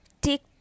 take